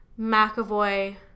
McAvoy